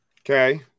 Okay